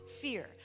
fear